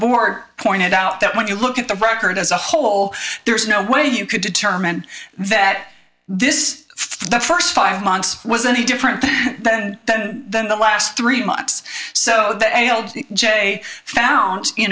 board pointed out that when you look at the record as a whole there is no way you could determine that this is the first five months was any different then than the last three months so that jay found you